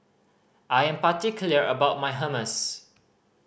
I am particular about my Hummus